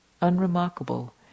unremarkable